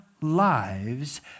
lives